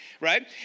right